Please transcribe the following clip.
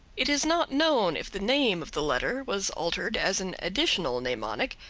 it is not known if the name of the letter was altered as an additional mnemonic,